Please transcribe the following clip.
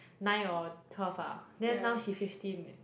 nine or twelve ah then now she fifteen eh